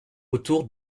autour